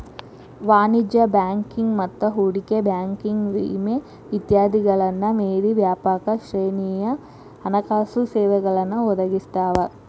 ವಾಣಿಜ್ಯ ಬ್ಯಾಂಕಿಂಗ್ ಮತ್ತ ಹೂಡಿಕೆ ಬ್ಯಾಂಕಿಂಗ್ ವಿಮೆ ಇತ್ಯಾದಿಗಳನ್ನ ಮೇರಿ ವ್ಯಾಪಕ ಶ್ರೇಣಿಯ ಹಣಕಾಸು ಸೇವೆಗಳನ್ನ ಒದಗಿಸ್ತಾವ